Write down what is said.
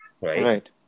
right